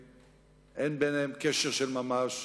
אין ביניהם קשר של ממש,